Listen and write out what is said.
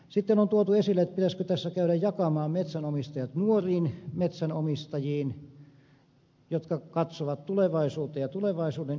sitten on tuotu esille pitäisikö tässä käydä jakamaan metsänomistajia nuoriin metsänomistajiin jotka katsovat tulevaisuuteen ja tulevaisuuden investointeihin